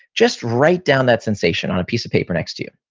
just write down that sensation on a piece of paper next to you.